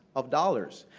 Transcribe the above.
of dollars.